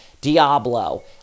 Diablo